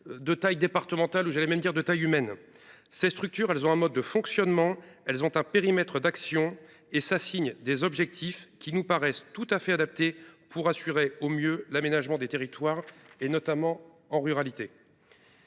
de taille départementale, ou devrais je dire de taille humaine. Ces structures ont un mode de fonctionnement, un périmètre d’action et des objectifs qui nous paraissent tout à fait adaptés pour assurer au mieux l’aménagement des territoires, notamment ruraux.